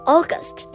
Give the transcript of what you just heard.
August